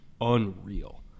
unreal